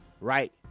right